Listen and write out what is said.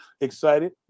excited